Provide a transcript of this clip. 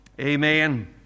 Amen